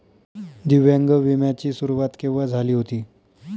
दिव्यांग विम्या ची सुरुवात केव्हा झाली होती?